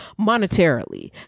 monetarily